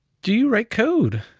do you write code?